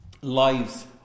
lives